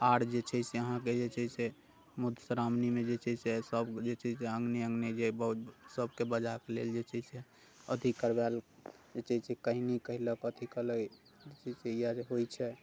आओर जे छै से अहाँके जे छै से मुधश्रावणीमे जे छै से सभ जे छै अङ्गने अङ्गने जे बहुत सभकेँ बजा के लेल जे छै से अथी करवायल जे छै से कहि नहि कहि लऽ कऽ कथी कएलै जे छै इएह होइत छै